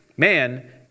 Man